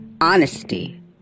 honesty